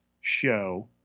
show